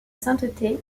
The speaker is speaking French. sainteté